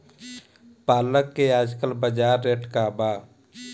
पालक के आजकल बजार रेट का बा?